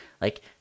Like-